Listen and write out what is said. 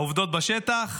העובדות בשטח: